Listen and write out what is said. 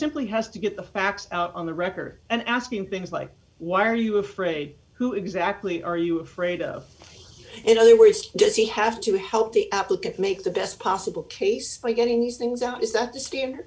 simply has to get the facts out on the record and ask him things like why are you afraid who exactly are you afraid of in other words does he have to help the applicant make the best possible case for getting these things out is that the standard